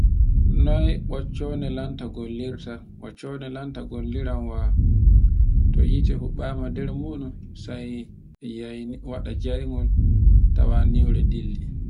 Noy ɓocco no lanta gollirta, ɓocconde lanta gollilarwa, to hite hubbama nder muɗun sai e yi'ainde waɗa jayngol, ta waniure dilli.